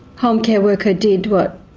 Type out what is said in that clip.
home care worker did what